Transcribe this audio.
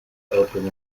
open